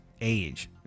age